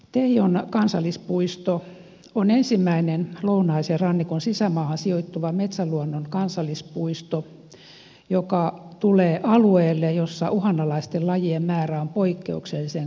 teijon kansallispuisto on ensimmäinen lounaisen rannikon sisämaahan sijoittuva metsäluonnon kansallispuisto joka tulee alueelle jossa uhanalaisten lajien määrä on poikkeuksellisen korkea